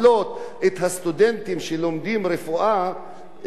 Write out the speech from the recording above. שלומדים רפואה מסטודנטים אחרים.